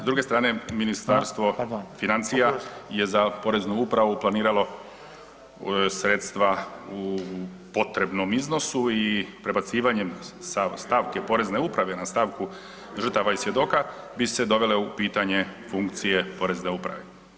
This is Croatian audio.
S druge strane [[Upadica: U ime kluba zastupnika, a pardon, oprostite.]] Ministarstvo financija je za Poreznu upravu planiralo sredstva u potrebnom iznosu i prebacivanjem sa stavke Porezne uprave na stavku žrtava i svjedoka bi se dovele u pitanje funkcije Porezne uprave.